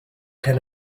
can